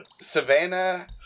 Savannah